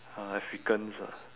uh africans ah